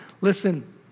listen